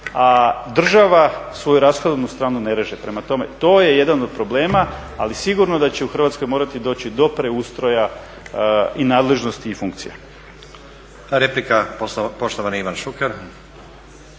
A država svoju rashodovnu stranu ne reže. Prema tome, to je jedan od problema ali sigurno da će u Hrvatskoj morati doći do preustroja i nadležnosti i funkcija. **Stazić, Nenad